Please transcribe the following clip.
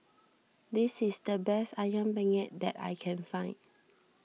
this is the best Ayam Penyet that I can find